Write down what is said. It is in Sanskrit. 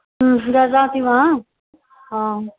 ह्म् ददाति वा आम्